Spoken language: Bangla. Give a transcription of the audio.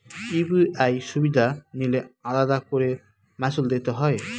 ইউ.পি.আই সুবিধা নিলে আলাদা করে মাসুল দিতে হয়?